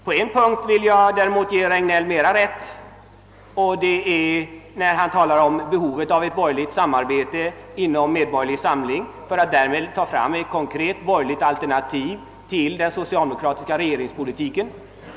På en punkt vill jag däremot ge herr Regnéll mer rätt, nämligen när han talar om behovet av ett borgerligt samarbete inom medborgerlig samling för att därmed ge ett konkret borgerligt alternativ till den socialdemokratiska regeringspolitiken.